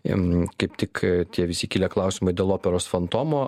jam kaip tik tie visi kilę klausimai dėl operos fantomo